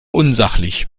unsachlich